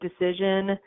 decision